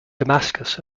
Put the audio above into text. damascus